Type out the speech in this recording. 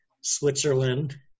Switzerland